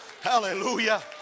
hallelujah